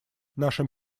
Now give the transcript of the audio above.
нашим